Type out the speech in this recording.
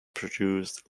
produced